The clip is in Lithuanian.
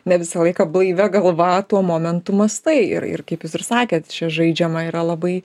ne visą laiką blaivia galva tuo momentu mąstai ir ir kaip jūs ir sakėt čia žaidžiama yra labai